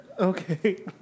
Okay